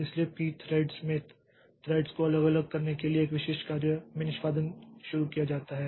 इसलिए Pthreads में threads को अलग अलग करने के लिए एक विशिष्ट कार्य में निष्पादन शुरू किया जाता है